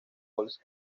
bolsa